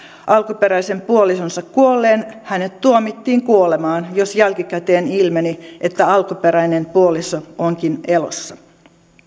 alkuperäisen puolisonsa kuolleen hänet tuomittiin kuolemaan jos jälkikäteen ilmeni että alkuperäinen puoliso onkin elossa